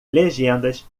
legendas